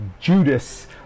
Judas